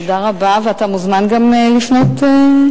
תודה רבה, ואתה מוזמן לפנות אלי.